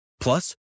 Plus